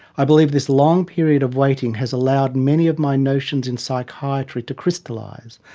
i believe this long period of waiting has allowed many of my notions in psychiatry to crystallise,